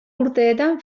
urteetan